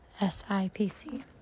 SIPC